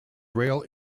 rail